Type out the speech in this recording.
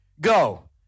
go